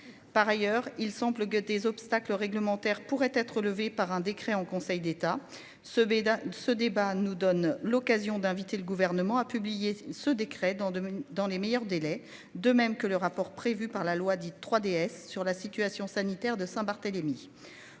Par ailleurs, il semble que des obstacles réglementaires pourraient être levées par un décret en Conseil d'État ce Beda ce débat nous donne l'occasion d'inviter le gouvernement a publié ce décret dans dans les meilleurs délais. De même que le rapport prévu par la loi dite 3DS sur la situation sanitaire de Saint Barthélémy.